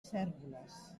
cérvoles